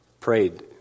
Prayed